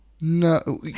No